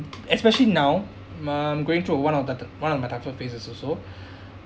especially now I'm going through one of the one of my toughest phases also